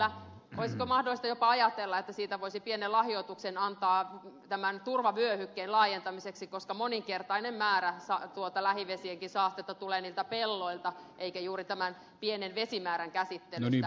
olisiko mahdollista jopa ajatella että siitä voisi pienen lahjoituksen antaa tämän turvavyöhykkeen laajentamiseksi koska moninkertainen määrä tuota lähivesienkin saastetta tulee niiltä pelloilta eikä juuri tämän pienen vesimäärän käsittelystä